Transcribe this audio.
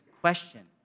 question